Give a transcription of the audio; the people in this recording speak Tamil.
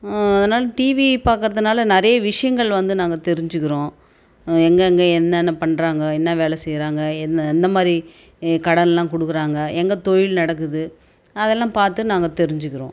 அதனால டிவி பார்க்கறதுனால நிறைய விஷயங்கள் வந்து நாங்கள் தெரிஞ்சிக்கறோம் எங்கெங்கே என்னென்ன பண்ணுறாங்க என்ன வேலை செய்கிறாங்க என்ன எந்தமாதிரி கடனெலாம் கொடுக்கறாங்க எங்கே தொழில் நடக்குது அதெல்லாம் பார்த்து நாங்கள் தெரிஞ்சுக்கிறோம்